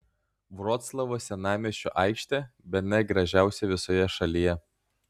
vroclavo senamiesčio aikštė bene gražiausia visoje šalyje